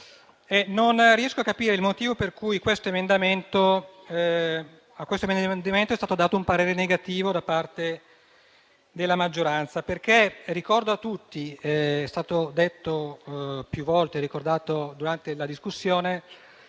non riesco a capire la ragione per cui su questo emendamento sia stato dato un parere negativo da parte della maggioranza. Ricordo a tutti - è stato più volte ricordato durante la discussione